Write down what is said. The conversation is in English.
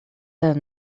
that